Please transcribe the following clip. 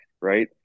right